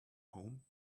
home